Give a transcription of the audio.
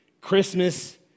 Christmas